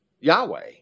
Yahweh